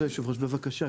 בבקשה,